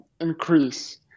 increase